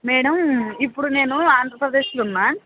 madam ఇప్పుడు నేను ఆంధ్రప్రదేశ్లో ఉన్నాను